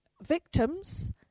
victims